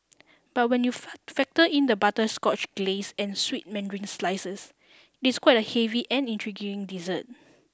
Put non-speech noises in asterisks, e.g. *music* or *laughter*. but when you *unintelligible* factor in the butterscotch glace and sweet mandarin slices it's quite a heavy and intriguing dessert